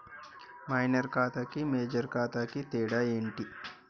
Minor ఖాతా కి major ఖాతా కి తేడా ఏంటి?